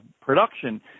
production